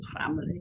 family